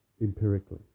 empirically